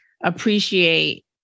appreciate